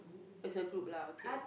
is a group lah okay